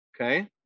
Okay